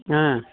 ಹಾಂ